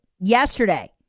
Yesterday